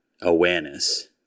awareness